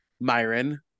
myron